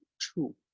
true